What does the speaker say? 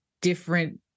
different